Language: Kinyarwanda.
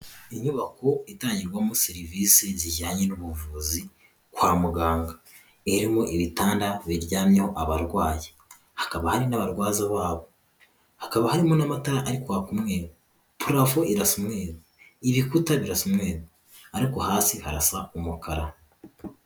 Inyubako itangirwamo serivisi zijyanye n'ubuvuzi kwa muganga irimo ibitanda biryamyeho abarwayi, hakaba hari n'abarwaza babo, hakaba harimo n'amatara ari kwaka umweru, purafo irasa umweru, ibikuta birasa umweru, ariko hasi harasa umukara.